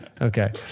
Okay